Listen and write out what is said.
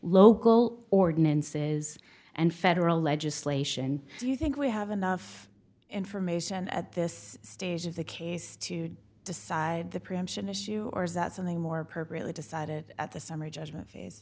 local ordinances and federal legislation do you think we have enough information at this stage of the case to decide the preemption issue or is that something more appropriately decided at the summary judgment phase